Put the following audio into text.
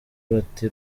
bati